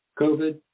COVID